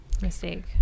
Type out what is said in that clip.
mistake